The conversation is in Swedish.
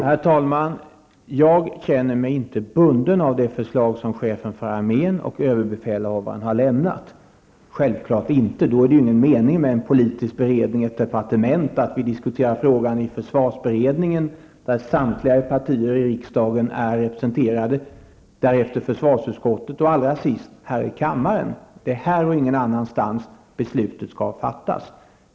Herr talman! Jag känner mig inte bunden av de förslag som chefen för armén och överbefälhavaren har lämnat, självklart inte. Då är det ingen mening med en politisk beredning i ett departement och att vi diskuterar frågan i försvarsberedningen, där samtliga partier är representerade, sedan i försvarsutskottet och allra sist här i kammaren. Det är här och ingen annanstans beslutet skall fattas.